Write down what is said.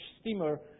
steamer